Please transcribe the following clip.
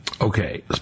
Okay